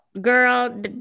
Girl